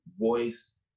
voice